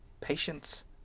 patience